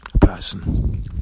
person